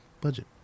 budget